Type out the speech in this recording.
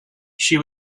she